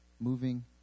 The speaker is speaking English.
moving